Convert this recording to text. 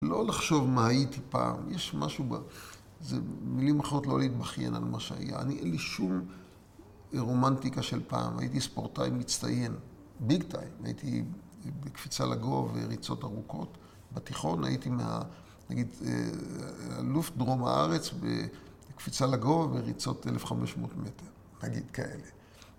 לא לחשוב מה הייתי פעם, יש משהו בזה, מילים אחרות לא להתבכין על מה שהיה אני אין לי שום רומנטיקה של פעם, הייתי ספורטאי מצטיין, ביג טיים, הייתי בקפיצה לגובה וריצות ארוכות בתיכון הייתי נגיד, אלוף דרום הארץ בקפיצה לגובה וריצות 1500 מטר, נגיד כאלה